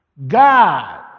God